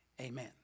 amen